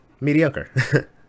mediocre